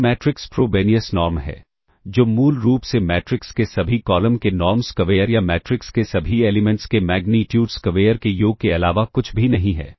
यह matrix Frobenius norm है जो मूल रूप से मैट्रिक्स के सभी कॉलम के नॉर्म स्क्वेयर या मैट्रिक्स के सभी एलिमेंट्स के मैग्नीट्यूड स्क्वेयर के योग के अलावा कुछ भी नहीं है